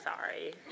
sorry